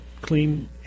clean